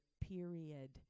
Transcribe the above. period